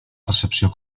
recepció